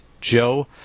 Joe